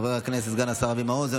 חבר הכנסת סגן השר אבי מעוז,